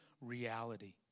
reality